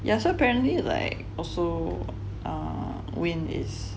yeah so apparently like also err wayne is